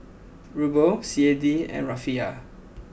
Ruble C A D and Rufiyaa